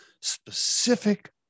specific